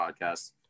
podcast